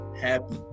happy